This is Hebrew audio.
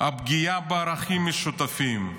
הפגיעה בערכים משותפים,